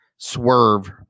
Swerve